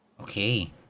Okay